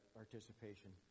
participation